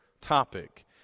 topic